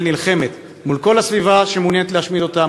נלחמת מול כל הסביבה שמעוניינת להשמיד אותה,